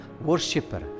Worshipper